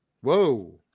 Whoa